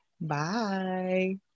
Bye